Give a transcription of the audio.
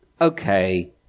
Okay